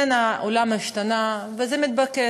כן, העולם השתנה, וזה מתבקש.